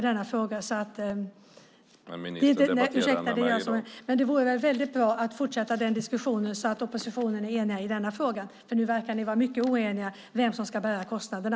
Det vore väldigt bra att fortsätta den diskussionen så att oppositionen blir enig i denna fråga, för ni verkar vara oeniga om vem som ska bära kostnaderna.